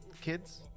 kids